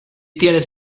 tienes